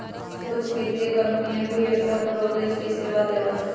कुछ वित्तीय कंपनियन भी स्टॉक ब्रोकरेज के सेवा देवा हई